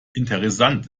interessant